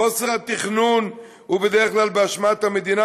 חוסר התכנון הוא בדרך כלל באשמת המדינה,